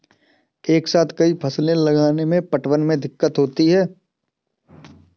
एक साथ कई फसल लगाने से पटवन में दिक्कत होती है